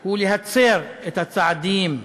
היא להצר את הצעדים,